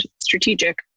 strategic